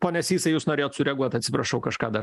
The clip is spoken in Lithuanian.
pone sysai jūs norėjot sureaguot atsiprašau kažką dar